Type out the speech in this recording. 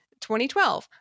2012